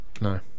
No